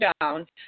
down